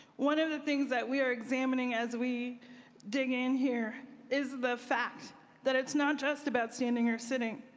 one of the things that we are examining as we dig in here is the fact that it's not just about standing or sitting.